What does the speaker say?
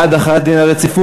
הוא בעד החלת דין רציפות,